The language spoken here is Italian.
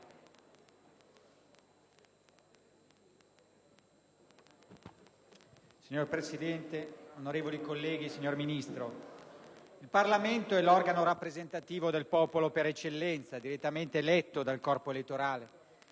Signor Presidente, onorevoli colleghi, signor Ministro, il Parlamento è l'organo rappresentativo del popolo per eccellenza, direttamente eletto dal corpo elettorale